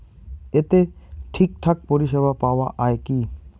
এতে ঠিকঠাক পরিষেবা পাওয়া য়ায় কি?